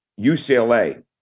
UCLA